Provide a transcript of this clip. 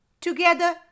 Together